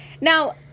Now